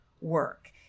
work